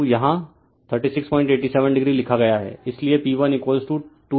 तो यह यहाँ 3687 o लिखा गया है